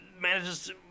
manages